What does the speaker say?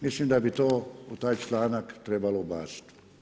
Mislim da bi to u taj članak trebalo ubaciti.